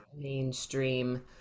mainstream